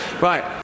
Right